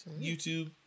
YouTube